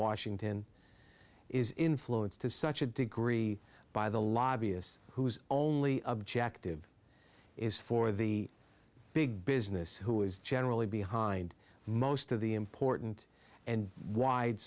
washington is influenced to such a degree by the lobbyists whose only objective is for the big business who is generally behind most of the important and w